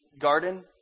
garden